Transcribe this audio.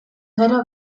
gero